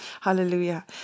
Hallelujah